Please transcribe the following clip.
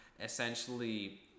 Essentially